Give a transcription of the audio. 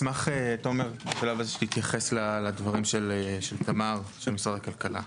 תומר, אשמח שתתייחס לדברים של משרד הכלכלה.